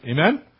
Amen